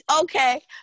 Okay